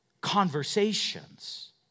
conversations